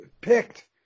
picked